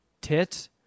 tits